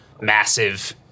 massive